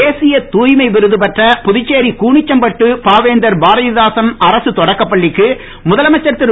தேசிய தூய்மை விருது பெற்ற புதுச்சேரி கூனிச்சம்பட்டு பாவேந்தர் பாரதிதாசன் அரக தொடக்கப் பள்ளிக்கு முதலமைச்சர் திரு